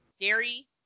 dairy